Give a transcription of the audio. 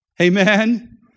Amen